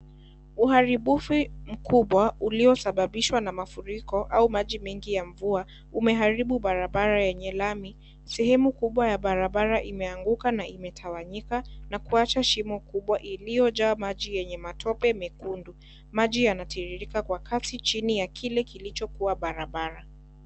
Uharabifu mkubwa uliyosababishwa na mafuriko au maji mengi ya mvua umeharibu barabara yenye lami. Sehemu kubwa ya barabara imeanguka na imetawanyika na kuwacha shimo kubwa iliyojaa maji na matope mekundu. Maji yanatiririka kwa kasi chini ya kile kilichokuwa barabara.